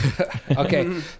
Okay